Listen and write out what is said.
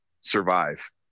survive